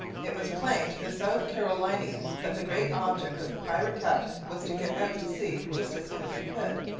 it was plain to the south carolinians that the great object of the pirate captain was to get out to sea just as soon as he could,